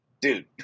dude